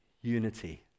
unity